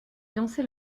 dansez